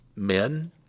men